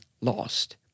lost